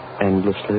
endlessly